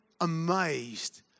amazed